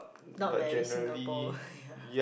not very Singapore ya